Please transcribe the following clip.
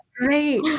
Great